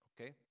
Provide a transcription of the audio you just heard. Okay